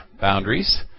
Boundaries